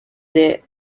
the